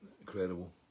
Incredible